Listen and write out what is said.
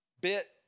bit